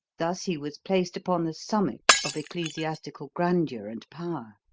thus he was placed upon the summit of ecclesiastical grandeur and power.